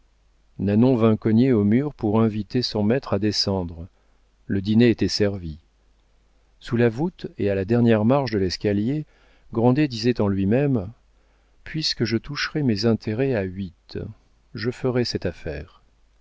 nanon vint cogner au mur pour inviter son maître à descendre le dîner était servi sous la voûte et à la dernière marche de l'escalier grandet disait en lui-même puisque je toucherai mes intérêts à huit je ferai cette affaire